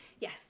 yes